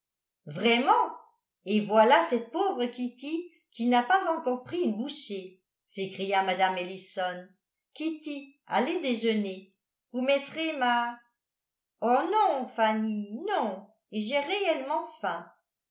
vraiment et voilà cette pauvre kitty qui n'a pas encore pris une bouchée s'écria mme ellison kitty allez déjeuner vous mettrez ma oh non fanny non et j'ai réellement faim